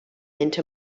into